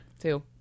Two